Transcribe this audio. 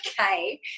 okay